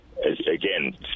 again